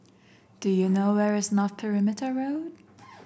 do you know where is North Perimeter Road